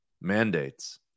mandates